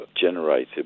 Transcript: generated